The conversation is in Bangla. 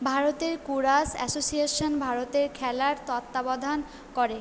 ভারতের কুরাশ অ্যাসোসিয়েশন ভারতের খেলার তত্ত্বাবধান করে